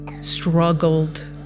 struggled